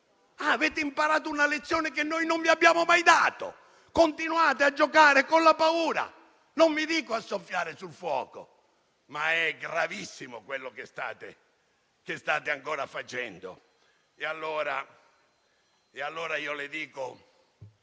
Avete imparato una lezione che noi non vi abbiamo mai dato. Continuate a giocare con la paura, non vi dico a soffiare sul fuoco, ma è gravissimo quello che state ancora facendo. Siamo gli unici